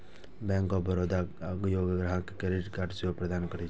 bank of Baroda योग्य ग्राहक कें क्रेडिट कार्ड सेहो प्रदान करै छै